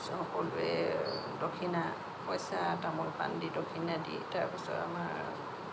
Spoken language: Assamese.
সকলোৱে দক্ষিণা পইচা তামোল পাণ দি দক্ষিণা দি তাৰ পিছত আমাৰ